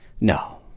No